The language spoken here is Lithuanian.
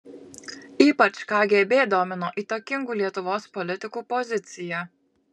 ypač kgb domino įtakingų lietuvos politikų pozicija